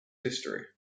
history